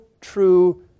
true